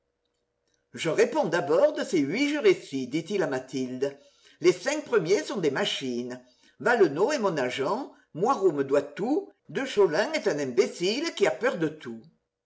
je réponds d'abord de ces huit jurés ci dit-il à mathilde les cinq premiers sont des machines valenod est mon agent moirod me doit tout de cholin est un imbécile qui a peur de tout